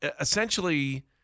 Essentially